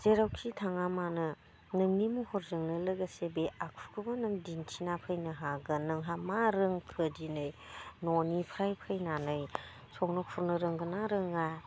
जेरावखि थाङा मानो नोंनि महरजोंनो लोगोसे बे आखुखौबो नों दिन्थिना फैनो हागोन नोंहा मा रोंखो दिनै न'निफ्राय फैनानै संनो खुरनो रोंगोनना रोङा